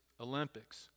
Olympics